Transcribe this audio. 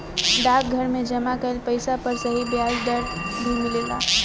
डाकघर में जमा कइल पइसा पर सही ब्याज दर भी मिलेला